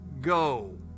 go